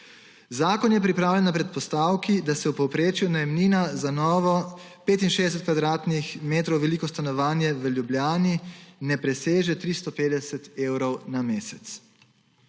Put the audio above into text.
Zakon je pripravljen na predpostavki, da v povprečju najemnina za novo, 65 m2 veliko stanovanje v Ljubljani ne preseže 350 evrov na mesec.